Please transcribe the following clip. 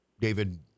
David